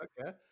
Okay